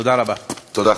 תודה רבה.